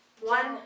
one